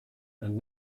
and